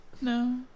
No